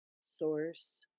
Source